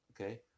Okay